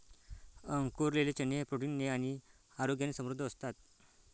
अंकुरलेले चणे प्रोटीन ने आणि आरोग्याने समृद्ध असतात